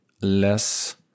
less